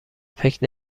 فکر